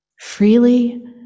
freely